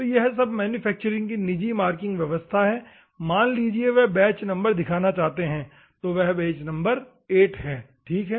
तो यह सब मैन्युफैक्चर की निजी मार्किंग व्यवस्था है मान लीजिए वह बैच नंबर दिखाना चाहते हैं और वह बैच नंबर 8 है ठीक है